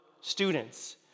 students